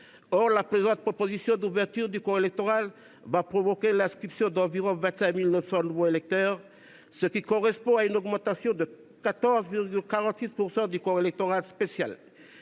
Or la présente proposition d’ouverture du corps électoral provoquera l’inscription d’environ 25 900 nouveaux électeurs, ce qui correspond à une augmentation de 14,46 % du corps électoral spécial.